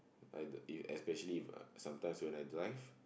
I d~ you especially if I sometimes when I drive